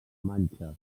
manxa